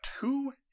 two